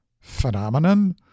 phenomenon